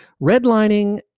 redlining